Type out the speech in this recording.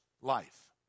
life